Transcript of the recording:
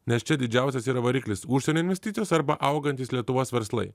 nes čia didžiausias yra variklis užsienio investicijos arba augantys lietuvos verslai